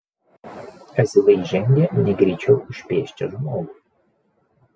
asilai žengė negreičiau už pėsčią žmogų